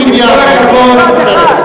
להוסיף עניין לדיון.